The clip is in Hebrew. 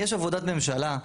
יש עבודת ממשלה,